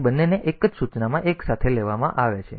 તેથી તે બંનેને એક જ સૂચનામાં એકસાથે લેવામાં આવે છે